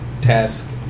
task